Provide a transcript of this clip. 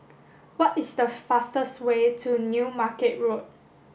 what is the fastest way to New Market Road